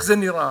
ואיך זה נראה.